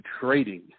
trading